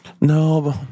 No